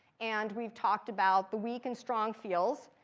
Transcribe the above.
and we've talked about the weak and strong fields.